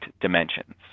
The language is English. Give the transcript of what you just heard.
dimensions